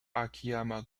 akiyama